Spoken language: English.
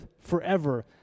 forever